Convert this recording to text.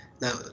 Now